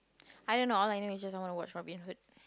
I don't know all I know is just I want to watch Robin-Hood